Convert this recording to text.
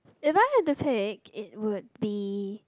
if I had to pick it would be